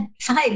five